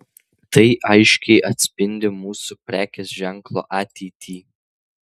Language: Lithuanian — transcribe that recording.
tai aiškiai atspindi mūsų prekės ženklo ateitį